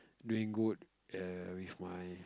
doing good err with my